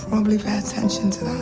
probably pay attention to.